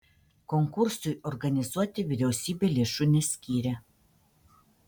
konkursui organizuoti vyriausybė lėšų neskyrė